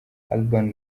urban